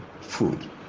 food